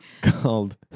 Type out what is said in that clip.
called